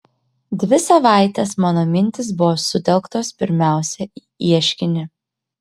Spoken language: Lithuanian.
dvi savaitės mano mintys buvo sutelktos pirmiausia į ieškinį